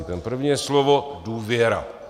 Ten první je slovo důvěra.